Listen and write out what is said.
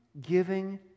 giving